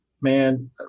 man